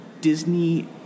Disney